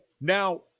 now –